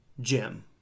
Jim